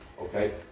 Okay